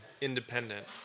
independent